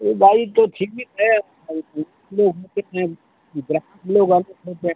वह भाई तो सीमित है कितने ग्राहक लोग